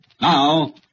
Now